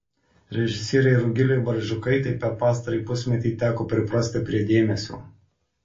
režisierei rugilei barzdžiukaitei per pastarąjį pusmetį teko priprasti prie dėmesio